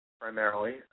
Primarily